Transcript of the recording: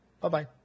Bye-bye